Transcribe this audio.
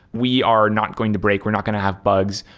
we are not going to break. we're not going to have bugs.